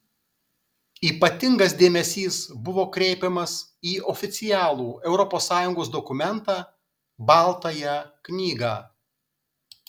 ypatingas dėmesys buvo kreipiamas į oficialų europos sąjungos dokumentą baltąją knygą